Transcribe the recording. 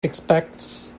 expects